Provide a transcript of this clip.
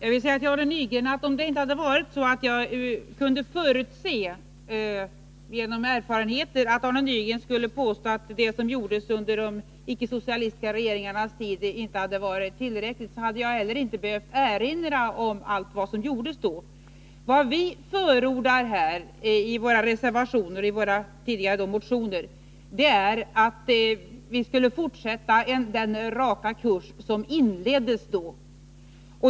Herr talman! Jag vill säga till Arne Nygren att om jag inte hade kunnat förutse, genom erfarenheter, att Arne Nygren skulle påstå att det som gjordes under de icke-socialistiska regeringarnas tid inte hade varit tillräckligt, hade jag heller inte behövt erinra om allt det som gjordes då. Det vi förordar i våra reservationer, och tidigare i våra motioner, är att vi skall fortsätta den raka kurs som inleddes då.